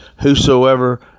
whosoever